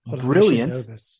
brilliant